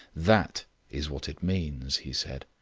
that is what it means, he said.